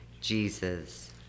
Jesus